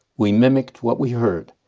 we mimicked what we heard.